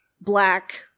black